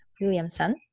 Williamson